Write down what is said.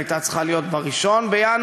הייתה צריכה להיות ב-1 בינואר,